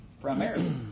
primarily